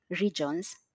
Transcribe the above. regions